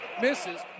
misses